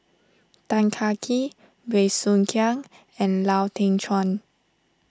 Tan Kah Kee Bey Soo Khiang and Lau Teng Chuan